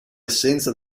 assenza